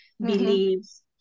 beliefs